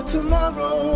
Tomorrow